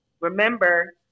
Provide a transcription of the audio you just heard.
remember